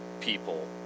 people